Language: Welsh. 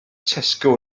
tesco